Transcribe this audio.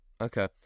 Okay